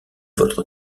votre